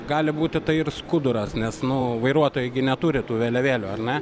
gali būti tai ir skuduras nes nu vairuotojai neturi tų vėliavėlių ar ne